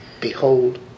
Behold